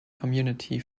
community